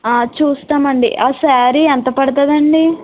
చూస్తామండి ఆ శారీ ఎంత పడుతుందండి